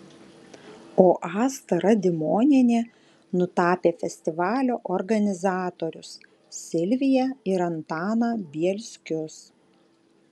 o asta radimonienė nutapė festivalio organizatorius silviją ir antaną bielskius